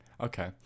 Okay